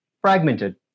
fragmented